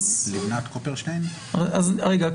אז רגע,